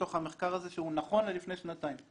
מתוך המחקר הזה שנכון מלפני שלוש שנים.